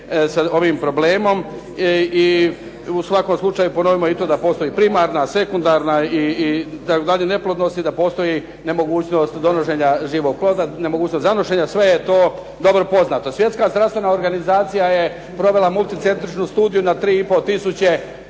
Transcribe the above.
sa ovim problemom i u svakom slučaju ponovimo i to da postoji primarna, sekundarna i …/Govornik se ne razumije./… neplodnost i da postoji nemogućnost donošenja živog ploda, nemogućnost zanošenja. Sve je to dobro poznato. Svjetska zdravstvena organizacija je provela multicentričnu studiju na 3 i pol tisuće